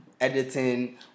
editing